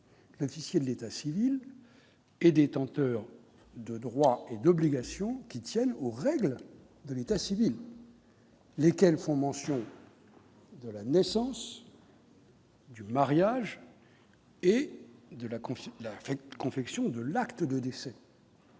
l'officier de l'état civil et détenteur de droits et d'obligations qui tiennent aux règles de l'état civil. Lesquelles font mention. De la naissance. Du mariage et de la confiance, la confection de l'acte de décès.